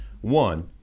One